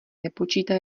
nepočítá